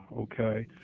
okay